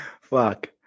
Fuck